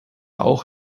auch